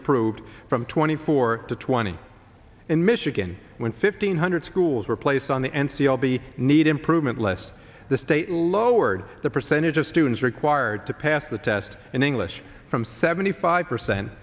approved from twenty four to twenty in michigan when fifteen hundred schools were placed on the n c l b need improvement less the state lowered the percentage of students required to pass the test in english from seventy five percent